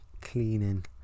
cleaning